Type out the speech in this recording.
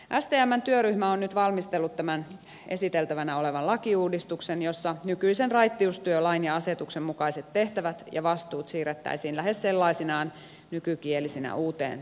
stmn työryhmä on nyt valmistellut tämän esiteltävänä olevan lakiuudistuksen jossa nykyisen raittiustyölain ja asetuksen mukaiset tehtävät ja vastuut siirrettäisiin lähes sellaisinaan nykykielisinä uuteen lakiin